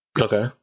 Okay